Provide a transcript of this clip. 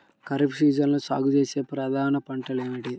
ఖరీఫ్ సీజన్లో సాగుచేసే ప్రధాన పంటలు ఏమిటీ?